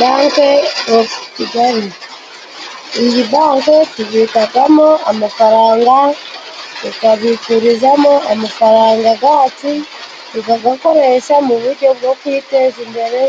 Banke ofu kigali iyi banke tubikamo amafaranga, tukabikurizamo amafaranga yacu tukayakoresha mu buryo bwo kwiteza imbere,